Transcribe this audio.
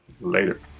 Later